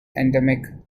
endemic